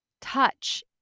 Touch